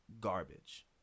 garbage